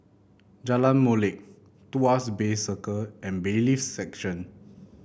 Jalan Molek Tuas Bay Circle and Bailiffs' Section